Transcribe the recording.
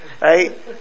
right